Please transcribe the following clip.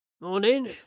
Morning